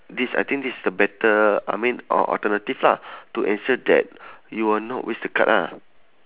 this I think this is the better I mean al~ alternative lah to ensure that you will not waste the card lah